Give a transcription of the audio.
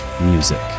music